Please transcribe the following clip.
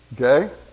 Okay